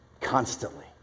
constantly